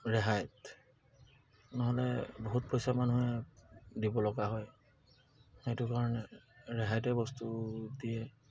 ৰেহাইত নহ'লে বহুত পইচা মানুহে দিব লগা হয় সেইটো কাৰণে ৰেহাইতে বস্তু দিয়ে